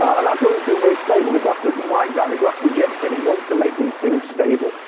and that doesn't feel very stable, the graph doesn't like that, the graph rejects it. it wants to make these things stable.